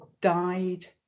died